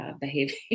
behaving